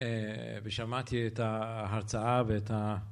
ושמעתי את ההרצאה ואת ה...